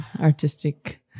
artistic